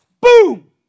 boom